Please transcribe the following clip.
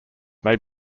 may